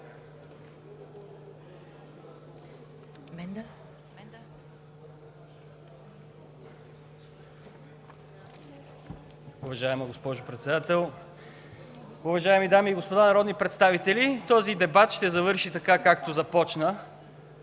България): Уважаема госпожо Председател, уважаеми дами и господа народни представители! Този дебат ще завърши така, както започна